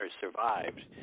survived